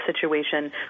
situation